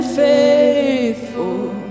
faithful